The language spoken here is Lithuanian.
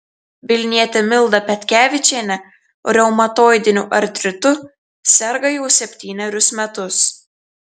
vilnietė milda petkevičienė reumatoidiniu artritu serga jau septynerius metus